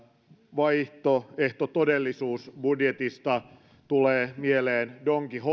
vaihtoehtotodellisuusbudjetista tulee mieleen don